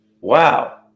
Wow